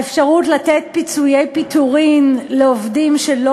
האפשרות לתת פיצויי פיטורין לעובדים שלא